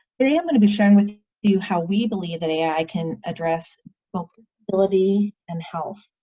today i'm going to be sharing with you how we believe that i can address both disability and health